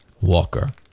Walker